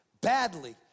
badly